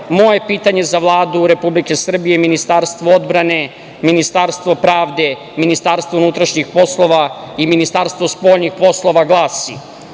moje pitanje za Vladu Republike Srbije, Ministarstvo odbrane, Ministarstvo pravde, Ministarstvo unutrašnjih poslova i Ministarstvo spoljnih poslova glasi